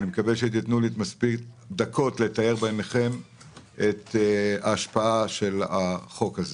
אני מקווה שתיתנו לי מספיק דקות לתאר בעיניכם את ההשפעה של החוק הזה.